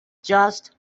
just